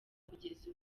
kugeza